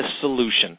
solution